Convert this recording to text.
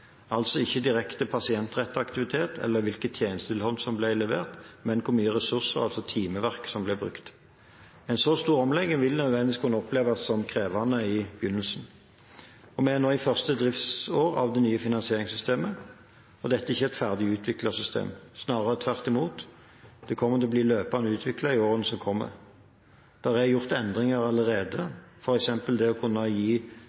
altså ikke til direkte pasientrettet aktivitet eller til hvilket tjenesteinnhold som ble levert, men til hvor mye ressurser – timeverk – som ble brukt. En så stor omlegging vil nødvendigvis kunne oppleves som krevende i begynnelsen. Vi er nå i første driftsår av det nye finansieringssystemet, og dette er ikke et ferdig utviklet system. Snarere tvert imot – det kommer til å bli løpende utviklet i årene som kommer. Det er gjort endringer